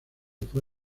fue